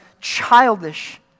childish